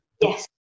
Yes